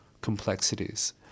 complexities